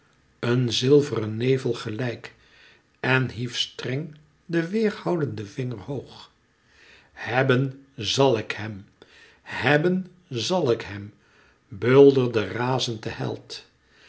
een zilveren nevel gelijk en hief streng den weêrhoudenden vinger hoog hèbben zal ik hem hèbben zal ik hem bulderde razend de held